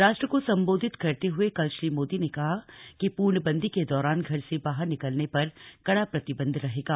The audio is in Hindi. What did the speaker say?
राष्ट्र को संबोधित करते हुए कल श्री मोदी ने कहा कि पूर्णबंदी के दौरान घर से बाहर निकलने पर कड़ा प्रतिबंध रहेगा